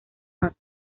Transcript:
más